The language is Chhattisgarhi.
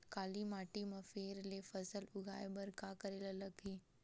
काली माटी म फेर ले फसल उगाए बर का करेला लगही?